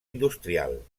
industrial